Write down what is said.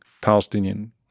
Palestinian